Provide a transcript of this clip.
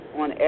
on